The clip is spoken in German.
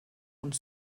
und